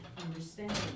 understanding